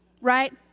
right